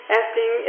asking